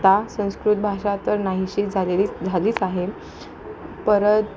आता संस्कृत भाषा तर नाहीशी झालेलीच झालीच आहे परत